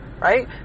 Right